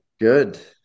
Good